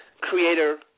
creator